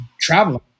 traveling